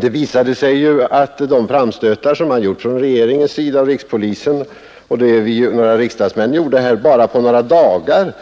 Det visade sig ju att de framstötar som gjordes av regeringen, rikspolisstyrelsen samt en del riksdagsmän bara på några dagar